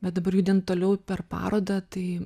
bet dabar judint toliau per parodą tai